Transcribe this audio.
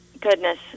goodness